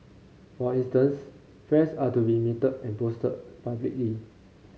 for instance fares are to be metered and posted publicly